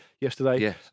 yesterday